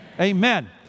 Amen